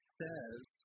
says